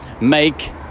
make